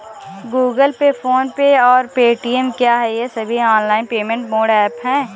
Google Pay PhonePe और Paytm क्या ये सभी ऑनलाइन पेमेंट मोड ऐप हैं?